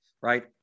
right